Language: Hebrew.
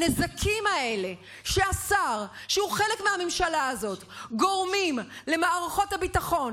הנזקים האלה שהשר שהוא חלק מהממשלה הזאת גורמים למערכות הביטחון,